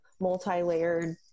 multi-layered